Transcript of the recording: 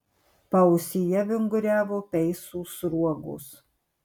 paausyje vinguriavo peisų sruogos